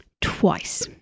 twice